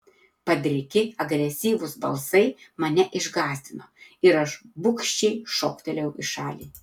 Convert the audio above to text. padriki agresyvūs balsai mane išgąsdino ir aš bugščiai šoktelėjau į šalį